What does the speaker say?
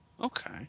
Okay